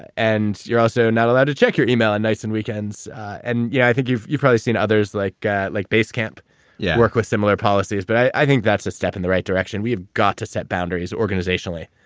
and you're also, not allowed to check your email on nights and weekends. and yeah, i think, you've you've probably seen others like like basecamp yeah work with similar policies. but, i think that's a step in the right direction, we've got to set boundaries organizationally,